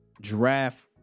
draft